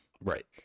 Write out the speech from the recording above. Right